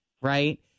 right